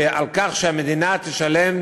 שהמדינה תשלם